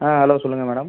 ஆ hello சொல்லுங்கள் madam